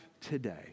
today